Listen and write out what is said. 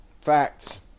Facts